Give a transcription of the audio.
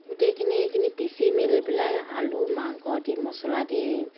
গোটেইখিনি এইখিনি পিচি মেলি পেলাই আলু মাংস দি মচলা দি